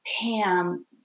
Pam